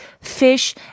fish